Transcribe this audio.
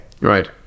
Right